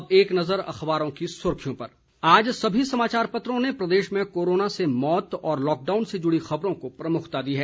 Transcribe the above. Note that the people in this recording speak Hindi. अब एक नजर अखबारों की सुर्खियों पर आज सभी समाचार पत्रों ने प्रदेश में कोरोना से मौत और लॉकडाउन से जुड़ी खबरों को प्रमुखता दी है